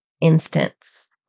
instance